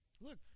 Look